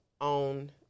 on